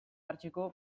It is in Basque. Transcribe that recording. hartzeko